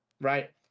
right